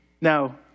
Now